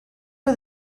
for